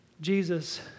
Jesus